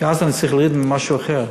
כי אז אני צריך להוריד ממשהו אחר,